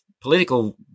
political